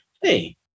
hey